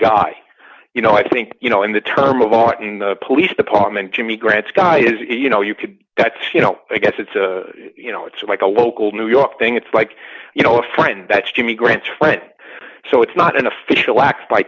guy you know i think you know in the term of art in the police department jimmy grant's guy is you know you could that's you know i guess it's a you know it's like a local new york thing it's like you know a friend that's jimmy grant's friend so it's not an official act by